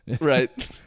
Right